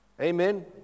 Amen